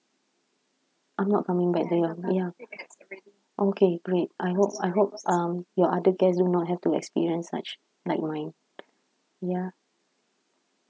I'm not coming back to you ya okay great I hope I hope um your other guests do not have to experience such like mine ya